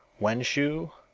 wenshu,